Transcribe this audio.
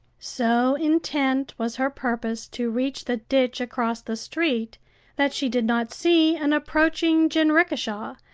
so intent was her purpose to reach the ditch across the street that she did not see an approaching jinrikisha,